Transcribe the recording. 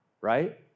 Right